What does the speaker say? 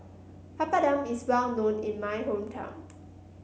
Papadum is well known in my hometown